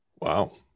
wow